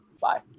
Bye